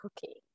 cooking